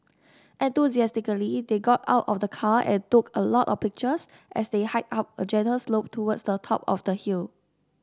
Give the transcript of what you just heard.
enthusiastically they got out of the car and took a lot of pictures as they hiked up a gentle slope towards the top of the hill